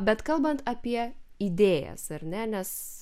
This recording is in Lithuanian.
bet kalbant apie idėjas ar ne nes